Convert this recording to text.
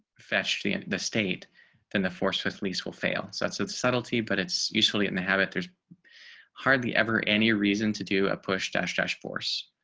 fetch the in the state than the force with least will fail. so that's a subtlety, but it's usually in the habit. there's hardly ever any reason to do a push dash dash force,